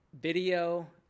video